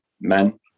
men